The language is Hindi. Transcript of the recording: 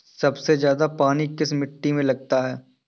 सबसे ज्यादा पानी किस मिट्टी में लगता है?